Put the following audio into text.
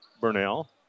Burnell